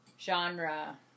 genre